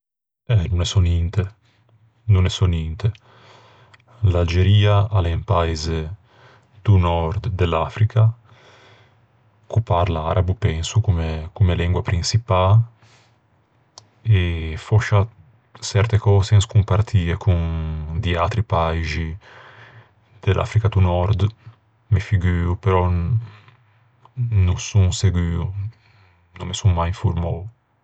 Eh, no ne sò ninte. No ne sò ninte. L'Algeria a l'é un paise do nòrd de l'Africa ch'o parla arabo, penso, comme-comme lengua prinçipâ. Fòscia çerte cöse en scompartie con di atri paixi de l'Africa do nòrd, me figuo, però no son seguo. No me son mai informou.